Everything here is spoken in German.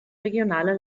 regionale